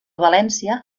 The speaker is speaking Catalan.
valència